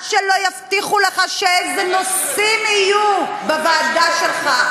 עד שלא יבטיחו לך אילו נושאים יהיו בוועדה שלך,